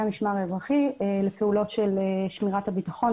המשמר האזרחי לפעולות של שמירת הביטחון,